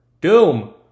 doom